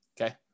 Okay